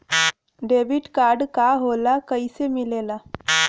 Debit card का होला कैसे मिलेला?